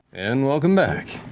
and welcome back.